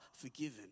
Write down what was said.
forgiven